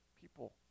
people